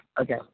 okay